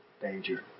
danger